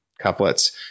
couplets